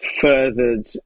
furthered –